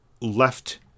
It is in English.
left